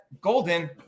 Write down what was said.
Golden